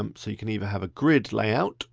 um so you can either have a grid layout